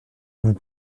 vous